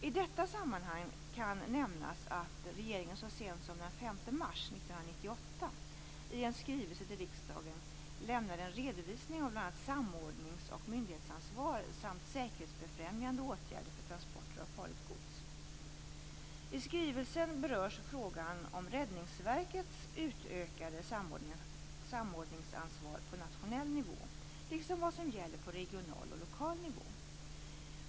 I detta sammanhang kan nämnas att regeringen så sent som den 5 mars 1998 i en skrivelse skrivelsen berörs frågan om Räddningsverkets utökade samordningsansvar på nationell nivå liksom vad som gäller på regional och lokal nivå.